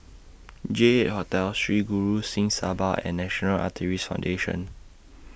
J eight Hotel Sri Guru Singh Sabha and National Art raise Foundation